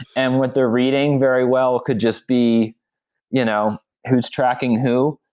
and what they're reading very well could just be you know who's tracking who,